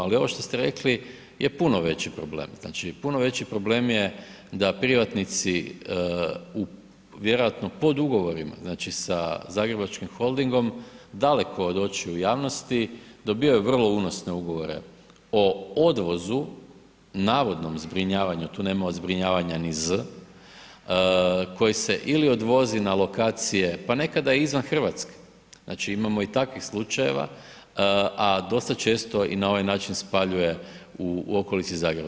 Ali ovo što ste rekli je puno veći problem, znači puno veći problem je da privatnici vjerojatno pod ugovorima, znači sa Zagrebačkim holdingom, daleko od očiju javnosti dobivaju vrlo unosne ugovore o odvozu, navodnom zbrinjavanju, tu nema od zbrinjavanja ni „z“ koji se ili odvozi na lokacije, pa nekada i izvan Hrvatske, znači imamo i takvih slučajeva, a dosta često i na ovaj način spaljuje u okolici Zagreba.